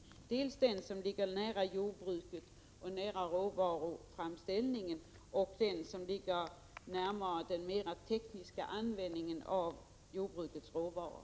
Det gäller då dels den forskning som bedrivs i nära anslutning till jordbruket och råvaruframställningen, dels den forskning som står närmare den mera tekniska användningen av jordbrukets råvaror.